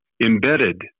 embedded